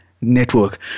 Network